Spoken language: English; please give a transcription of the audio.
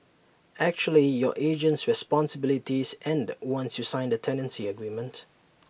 actually your agent's responsibilities end once you sign the tenancy agreement